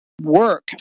work